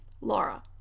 Laura